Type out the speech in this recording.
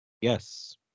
Yes